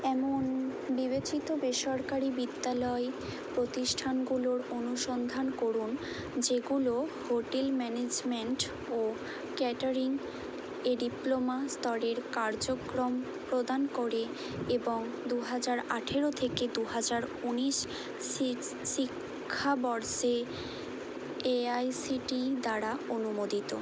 এমন বিবেচিত বেসরকারি বিদ্যালয় প্রতিষ্ঠানগুলোর অনুসন্ধান করুন যেগুলো হোটেল ম্যানেজমেন্ট ও ক্যাটারিং এ ডিপ্লোমা স্তরের কার্যক্রম প্রদান করে এবং দু হাজার আঠারো থেকে দু হাজার উনিশ শিকস শিক্ষাবর্ষে এআইসিটিই দ্বারা অনুমোদিত